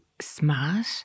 smart